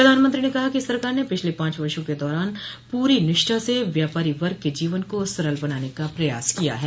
प्रधानमंत्री ने कहा कि सरकार ने पिछले पांच वर्षो के दौरान पूरी निष्ठा से व्यापारी वर्ग के जीवन को सरल बनाने का प्रयास किया है